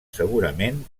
segurament